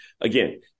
again